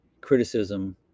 criticism